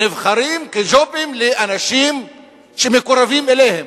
הנבחרים כג'ובים לאנשים שמקורבים אליהם.